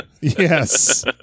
Yes